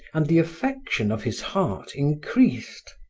and the affection of his heart increased.